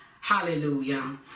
Hallelujah